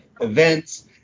events